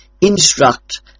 instruct